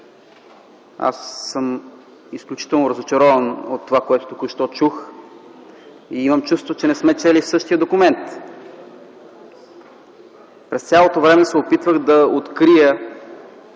аз съм изключително разочарован от това, което току-що чух. Имам чувството, че не сме чели същия документ. През цялото време се опитвах да открия